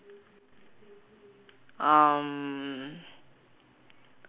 um